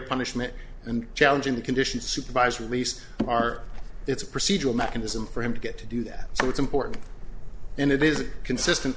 punishment and challenging the condition supervised release part it's a procedural mechanism for him to get to do that so it's important and it is consistent